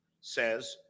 says